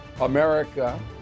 America